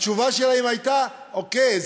התשובה שלהם הייתה: אוקיי,